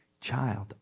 child